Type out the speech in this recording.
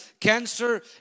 cancer